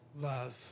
love